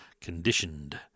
Conditioned